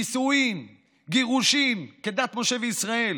בנישואים וגירושים כדת משה וישראל,